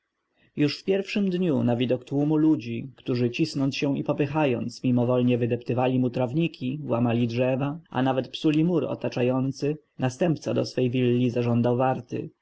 już w pierwszym dniu na widok tłumu ludzi którzy cisnąc się i popychając mimowolnie wydeptywali mu trawniki łamali drzewa nawet psuli mur otaczający następca do swej willi zażądał warty